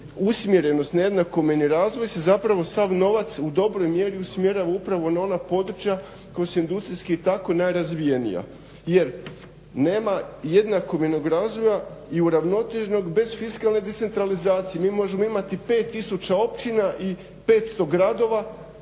usmjerenost na jednakomjerni razvoj se zapravo sav novac u dobroj mjeri usmjerava upravo na ona područja koja su industrijski i tako najrazvijenija. Jer nema jednakomjernog razvoja i uravnoteženog bez fiskalne decentralizacije. Mi možemo imati 5000 i 500 gradova,